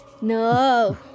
No